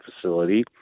facility